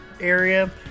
area